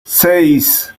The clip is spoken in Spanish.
seis